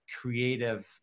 creative